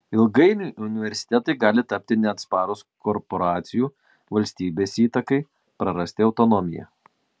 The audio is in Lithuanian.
ilgainiui universitetai gali tapti neatsparūs korporacijų valstybės įtakai prarasti autonomiją